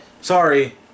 sorry